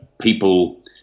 people